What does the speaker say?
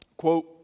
Quote